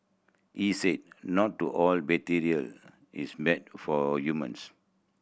he said not to all bacteria is mad for humans